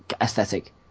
aesthetic